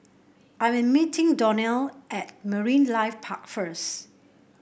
I am meeting Donnell at Marine Life Park first